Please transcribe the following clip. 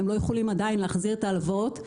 הם לא יכולים עדיין להחזיר את ההלוואות,